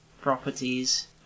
properties